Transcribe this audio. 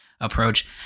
approach